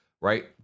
right